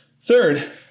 Third